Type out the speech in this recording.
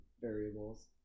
variables